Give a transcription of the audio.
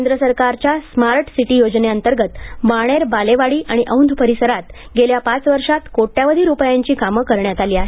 केंद्र सरकारच्या smart city योजनेअंतर्गत बाणेर बालेवाडी आणि औंध परिसरात गेल्या पाच वर्षात कोट्यवधी रुपयांची कामं करण्यात आली आहेत